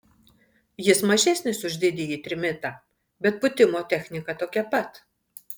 jis mažesnis už didįjį trimitą bet pūtimo technika tokia pat